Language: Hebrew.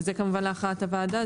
וזה כמובן להכרעת הוועדה,